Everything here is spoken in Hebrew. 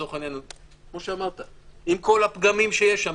עם כל הפגמים שיש שם,